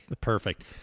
perfect